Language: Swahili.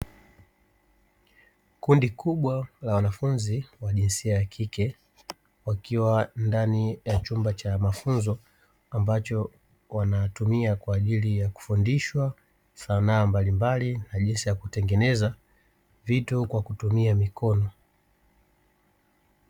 Kundi kubwa la wanafunzi wa jinsia ya kike, wakiwa ndani ya chumba cha mafunzo, ambacho wanatumia kwa ajili ya kufundishwa sanaa mbalimbali, na jinsi ya kutengeneza vitu kwa kutumia mikono.